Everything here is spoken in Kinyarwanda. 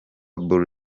bull